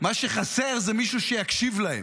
מה שחסר זה מישהו שיקשיב להם,